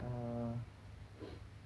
ah